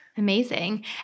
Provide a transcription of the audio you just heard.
Amazing